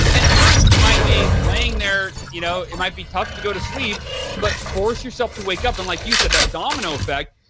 and at first you might be laying there. you know it might be tough to go to sleep but force yourself to wake up and like you said that domino effect,